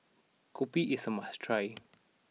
Kopi is a must try